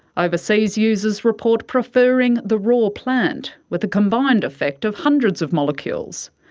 overseas users report preferring the raw plant with the combined effect of hundreds of molecules.